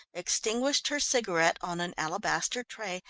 extinguished her cigarette on an alabaster tray,